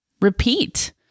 repeat